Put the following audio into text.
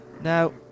Now